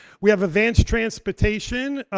we have advanced transportation,